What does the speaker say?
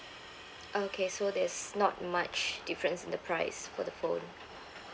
okay so there's not much difference in the price for the phone